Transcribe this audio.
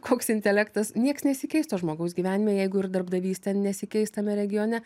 koks intelektas nieks nesikeis to žmogaus gyvenime jeigu ir darbdavys ten nesikeis tame regione